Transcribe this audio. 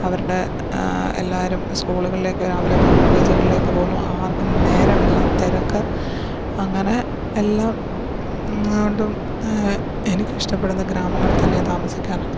അവരുടെ എല്ലാവരും സ്കൂളുകളിലേക്ക് രാവിലെ പോകുന്നു ഓഫീസുകളിലേക്കു പോകുന്നു ആര്ക്കും നേരമില്ല തിരക്ക് അങ്ങനെ എല്ലാം അതും എനിക്കിഷ്ടപ്പെടുന്നത് ഗ്രാമങ്ങളിൽത്തന്നെ താമസിക്കാനാണ്